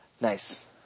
Nice